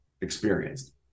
experienced